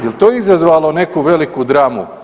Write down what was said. Jel to izazvalo neku veliku dramu?